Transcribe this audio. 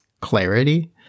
clarity